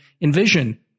envision